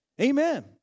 Amen